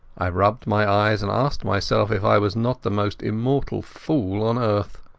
i rubbed my eyes and asked myself if i was not the most immortal fool on earth.